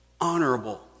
honorable